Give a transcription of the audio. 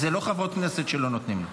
ואלה לא חברות כנסת שלא נותנות לה.